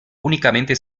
únicamente